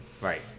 Right